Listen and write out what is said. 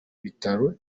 bitaro